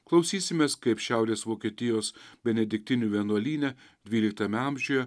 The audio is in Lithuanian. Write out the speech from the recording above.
klausysimės kaip šiaurės vokietijos benediktinių vienuolyne dvyliktame amžiuje